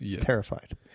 terrified